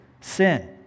sin